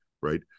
right